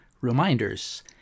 Reminders